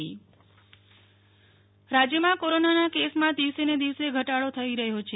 નેહ્લ ઠક્કર રાજ્ય કોરોના રાજ્યમાં કોરોનાના કેસમાં દિવસે દિવસે સતત ઘટાડો થઈ રહ્યો છે